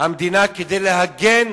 המדינה כדי להגן